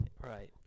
Right